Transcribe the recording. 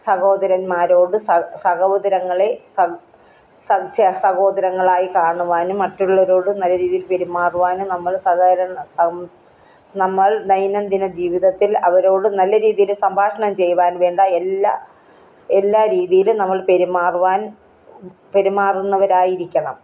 സഹോദരന്മാരോട് സഹോദരങ്ങളെ സഹോദരങ്ങളായി കാണുവാനും മറ്റുള്ളവരോട് നല്ല രീതിയിൽ പെരുമാറുവാനും നമ്മൾ സഹകരണം നമ്മൾ ദൈനംദിന ജീവിതത്തിൽ അവരോട് നല്ല രീതിയില് സംഭാഷണം ചെയ്യുവാൻ വേണ്ട എല്ലാ എല്ലാ രീതിയിലും നമ്മൾ പെരുമാറുവാൻ പെരുമാറുന്നവരായിരിക്കണം